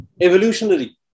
Evolutionary